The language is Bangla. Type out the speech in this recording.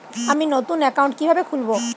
আমি নতুন অ্যাকাউন্ট কিভাবে খুলব?